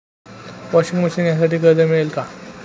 Washing machine घेण्यासाठी कर्ज मिळेल का?